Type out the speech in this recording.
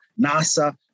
NASA